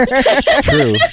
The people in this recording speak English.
True